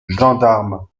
gendarmes